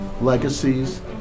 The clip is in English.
legacies